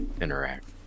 interact